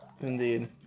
Indeed